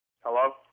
Hello